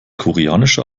koreanische